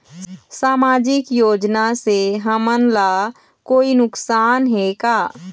सामाजिक योजना से हमन ला कोई नुकसान हे का?